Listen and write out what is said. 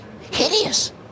Hideous